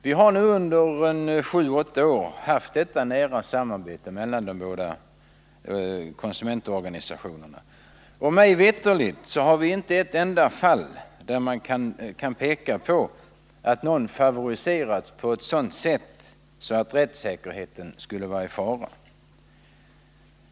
Vi har nu i sju åtta år haft detta nära samarbete mellan de båda konsumentorganen, och mig veterligen finns det inte ett enda fall där man kan peka på att någon favoriserats på ett sådant sätt att rättssäkerheten skulle vara i fara.